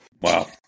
Wow